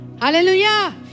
Hallelujah